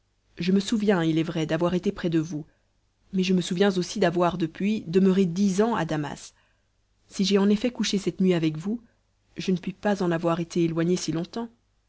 je me souviens il est vrai d'avoir été près de vous mais je me souviens aussi d'avoir depuis demeuré dix ans à damas si j'ai en effet couché cette nuit avec vous je ne puis pas en avoir été éloigné si longtemps